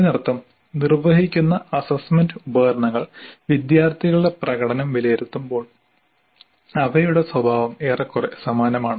അതിനർത്ഥം നിർവ്വഹിക്കുന്ന അസ്സസ്സ്മെന്റ് ഉപകരണങ്ങൾ വിദ്യാർത്ഥികളുടെ പ്രകടനം വിലയിരുത്തുമ്പോൾ അവയുടെ സ്വഭാവം ഏറെക്കുറെ സമാനമാണ്